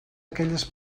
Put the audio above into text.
aquelles